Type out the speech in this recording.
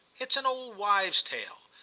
it's an old wife's tale.